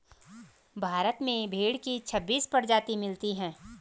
भारत में भेड़ की छब्बीस प्रजाति मिलती है